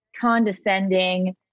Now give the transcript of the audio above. condescending